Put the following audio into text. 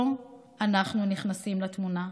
פה אנחנו נכנסים לתמונה,